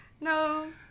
No